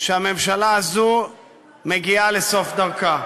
שהממשלה הזו מגיעה לסוף דרכה.